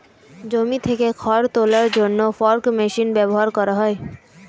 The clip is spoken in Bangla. জমি থেকে খড় তোলার জন্য ফর্ক মেশিন ব্যবহার করা হয়